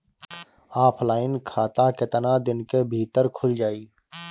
Offline खाता केतना दिन के भीतर खुल जाई?